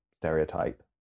stereotype